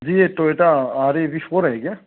जी ये Toyota R A V four है क्या